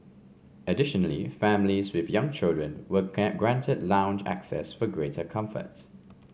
additionally families with young children were granted lounge access for greater comfort